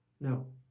no